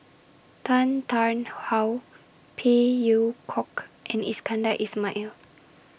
Tan Tarn How Phey Yew Kok and Iskandar Ismail